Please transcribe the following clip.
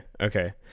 Okay